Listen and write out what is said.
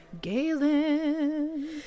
Galen